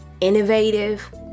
innovative